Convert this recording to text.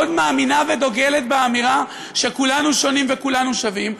מאוד מאמינה ודוגלת באמירה שכולנו שונים וכולנו שווים,